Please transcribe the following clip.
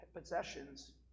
possessions